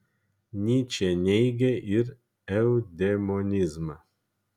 nyčė neigė ir eudemonizmą